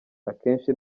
akenshi